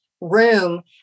room